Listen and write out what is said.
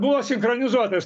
buvo sinchronizuotas